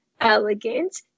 elegant